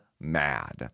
mad